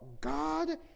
God